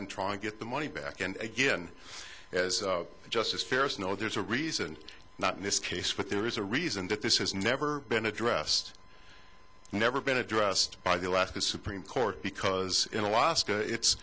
and try and get the money back and again as justice ferris no there's a reason not in this case but there is a reason that this has never been addressed never been addressed by the alaska supreme court because in alaska it's